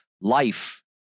life